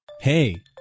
hey